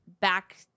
back